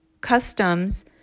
customs